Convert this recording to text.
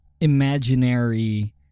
imaginary